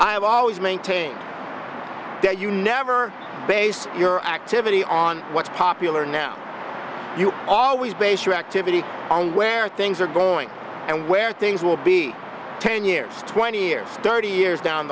have always maintained that you never base your activity on what's popular now you always base your activity on where things are going and where things will be ten years twenty years thirty years down